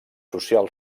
social